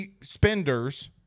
spenders